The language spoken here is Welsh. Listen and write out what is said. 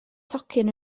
tocyn